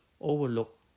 overlook